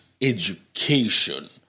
Education